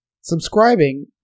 Subscribing